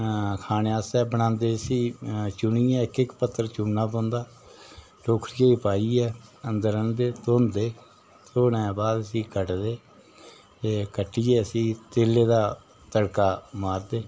खाने आस्तै बनांदे इसी चुनियै इक इक पत्तर चुनना पौंदा टोखरियै ई पाइयै अंदर आह्न्दे धौंदे धोने बाद इसी कट्टदे कट्टियै इसी तेलै दा तड़का मारदे